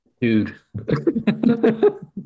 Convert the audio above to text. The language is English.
Dude